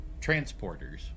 transporters